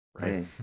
right